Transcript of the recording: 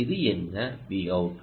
இது என்ன Vout